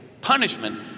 punishment